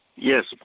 Yes